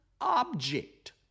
object